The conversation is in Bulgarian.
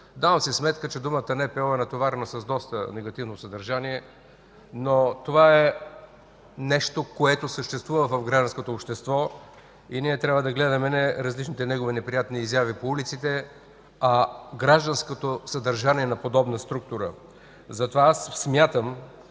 Давам си сметка, че думата „НПО” е натоварена с доста негативно съдържание, но това е нещо, което съществува в гражданското общество и ние трябва да гледаме не различните негови неприятни изяви по улиците, а гражданското съдържание на подобна структура. Затова аз смятам,